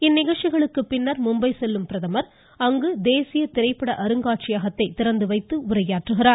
இந்நிகழ்ச்சிகளுக்கு பின்னர் மும்பை செல்லும் பிரதமர் அங்கு தேசிய திரைப்பட அருங்காட்சியகத்தை திறந்து வைத்து உரையாற்றுகிறார்